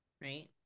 right